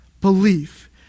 belief